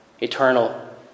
eternal